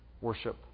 Worship